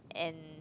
and